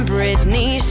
Britney